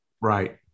Right